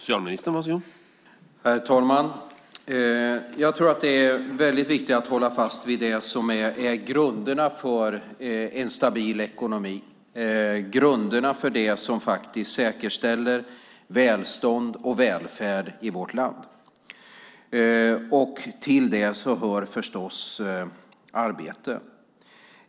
Herr talman! Jag tror att det är viktigt att hålla fast vid det som är grunderna för en stabil ekonomi, grunderna för det som säkerställer välstånd och välfärd i vårt land. Till det hör arbete.